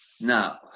Now